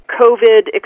COVID